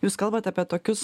jūs kalbat apie tokius